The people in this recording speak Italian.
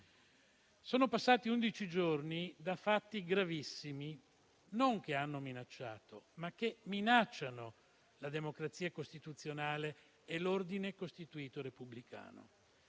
Sono passati undici giorni da fatti gravissimi non che hanno minacciato, ma che minacciano la democrazia costituzionale e l'ordine costituito repubblicano;